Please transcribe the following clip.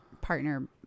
partner